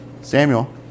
Samuel